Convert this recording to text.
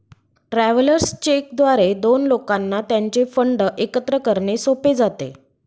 travellers cheque द्वारे दोन लोकांना त्यांचे फंड एकत्र करणे सोपे जाते